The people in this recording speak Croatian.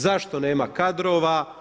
Zašto nema kadrova?